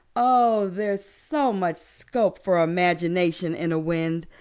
oh, there's so much scope for imagination in a wind!